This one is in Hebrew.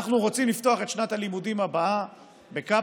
אנחנו רוצים לפתוח את שנת הלימודים הבאה בקפסולות,